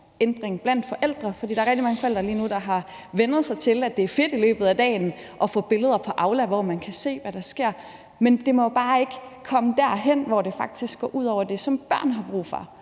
kulturændring blandt forældre. For lige nu er der rigtig mange forældre, der har vænnet sig til, at det er fedt i løbet af dagen at få billeder på Aula, hvor man kan se, hvad der sker, men det må bare ikke komme derhen, hvor det faktisk går ud over det, som børnene har brug for.